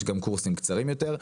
יש גם קורסים קצרים יותר.